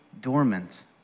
dormant